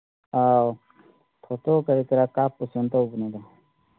ꯑꯧ ꯐꯣꯇꯣ ꯀꯔꯤ ꯀꯔꯥ ꯀꯥꯞꯄꯨꯁꯦꯅ ꯇꯧꯕꯅꯤꯗ